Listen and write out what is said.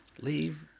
Leave